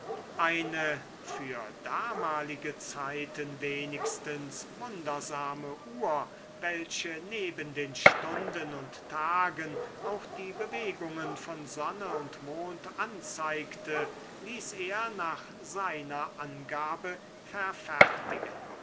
eine für damalige zeiten wenigstens wundersame uhr welche neben den stunden und tagen auch die bewegungen von sonne und mond anzeigte ließ er nach seiner angabe verfertigen